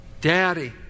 Daddy